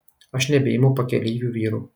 aš nebeimu pakeleivių vyrų